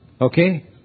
Okay